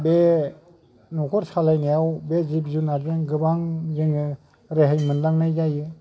बे न'खर सालायनायाव बे जिब जुनातजों गोबां जोङो रेहाय मोनलांनाय जायो